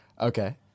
Okay